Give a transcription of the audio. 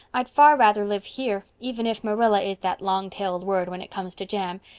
i'd far rather live here, even if marilla is that long-tailed word when it comes to jam,